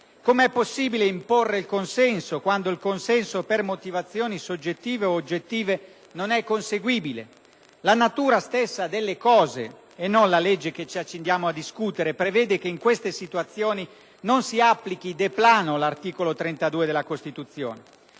come è possibile imporre il consenso quando, per motivazioni soggettive o oggettive, esso non è conseguibile? La natura stessa delle cose - e non la legge che ci accingiamo a discutere - prevede che in tali situazioni non si applichi *de plano* l'articolo 32 della Costituzione.